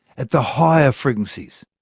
at the higher frequencies.